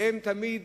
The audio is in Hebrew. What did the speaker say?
והן תמיד,